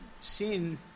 Sin